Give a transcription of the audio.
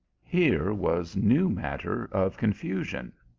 here was new matter of confusion.